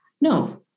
no